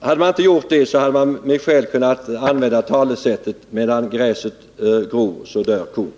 Hade vi inte gjort det, hade man med skäl kunnat använda talesättet: Medan gräset gror dör kon.